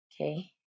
Okay